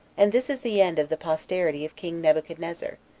and this is the end of the posterity of king nebuchadnezzar,